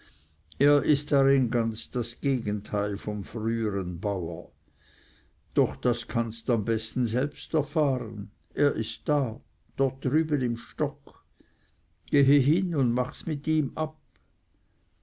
er ist darin ganz das gegenteil vom frühern bauer doch das kannst am besten selbst erfahren er ist da dort drüben im stock gehe hin und machs mit ihm ab